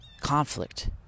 Conflict